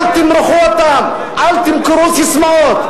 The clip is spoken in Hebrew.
אל תמרחו אותם, אל תמכרו ססמאות.